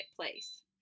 place